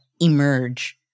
emerge